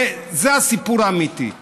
זה הסיפור האמיתי.